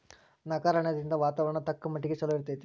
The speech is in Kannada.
ನಗರ ಅರಣ್ಯದಿಂದ ವಾತಾವರಣ ತಕ್ಕಮಟ್ಟಿಗೆ ಚಲೋ ಇರ್ತೈತಿ